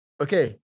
Okay